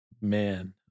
man